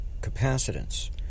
capacitance